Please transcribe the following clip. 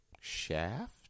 Shaft